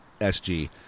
SG